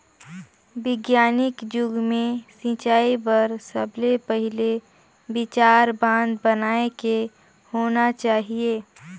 बिग्यानिक जुग मे सिंचई बर सबले पहिले विचार बांध बनाए के होना चाहिए